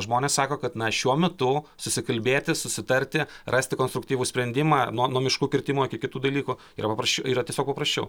žmonės sako kad na šiuo metu susikalbėti susitarti rasti konstruktyvų sprendimą nuo nuo miškų kirtimo iki kitų dalykų yra paprasč yra tiesiog paprasčiau